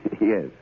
yes